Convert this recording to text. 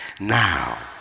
Now